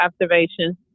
observations